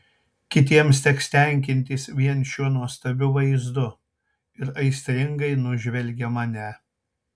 kitiems teks tenkintis vien šiuo nuostabiu vaizdu ir aistringai nužvelgia mane